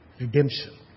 redemption